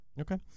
Okay